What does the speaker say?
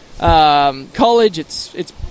College—it's—it's